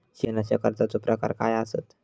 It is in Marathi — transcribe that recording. शिक्षणाच्या कर्जाचो प्रकार काय आसत?